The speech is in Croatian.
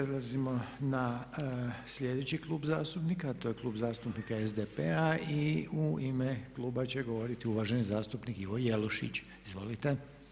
Sad prelazimo na sljedeći klub zastupnika a to je Klub zastupnika SDP-a i u ime kluba će govoriti uvaženi zastupnik Ivo Jelušić, izvolite.